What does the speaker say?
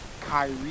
Kyrie